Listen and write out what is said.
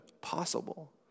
possible